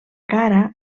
cara